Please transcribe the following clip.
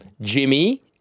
Jimmy